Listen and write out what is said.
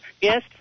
Yes